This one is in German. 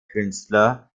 künstler